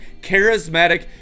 charismatic